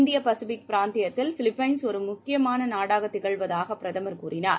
இந்திய பசிபிக் பிராந்தியத்தில் பிலிப்பைன்ஸ் ஒரு முக்கியமான நாடாக திகழவதாக பிரதமர் கூறினார்